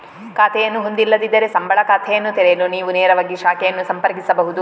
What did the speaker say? ಖಾತೆಯನ್ನು ಹೊಂದಿಲ್ಲದಿದ್ದರೆ, ಸಂಬಳ ಖಾತೆಯನ್ನು ತೆರೆಯಲು ನೀವು ನೇರವಾಗಿ ಶಾಖೆಯನ್ನು ಸಂಪರ್ಕಿಸಬಹುದು